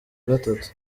gatatu